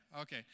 Okay